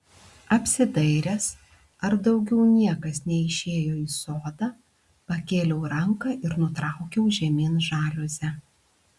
apsidairęs ar daugiau niekas neišėjo į sodą pakėliau ranką ir nutraukiau žemyn žaliuzę